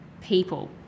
people